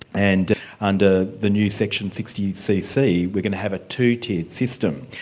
and under the new section sixty cc, we going to have a two-tiered system,